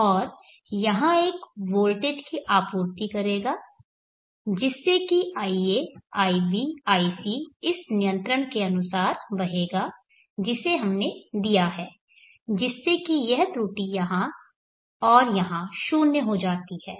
और यहां एक वोल्टेज की आपूर्ति करेगा जिससे की ia ib ic इस नियंत्रण के अनुसार बहेगा जिसे हमने दिया है जिससे की यह त्रुटि यहां और यहां शून्य हो जाती है